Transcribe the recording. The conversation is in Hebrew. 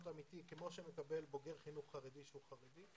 אמיתי כמו שמקבל בוגר חינוך חרדי שהוא חרדי,